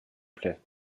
plait